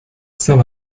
saint